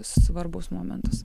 svarbus momentas